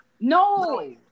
No